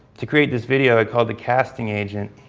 to create this video i called the casting agent,